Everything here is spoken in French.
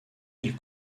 ils